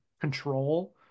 control